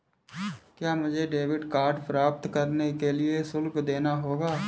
क्या मुझे debit card प्राप्त करने के लिए शुल्क देना होगा?